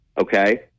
okay